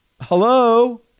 hello